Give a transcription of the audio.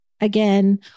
again